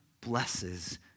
blesses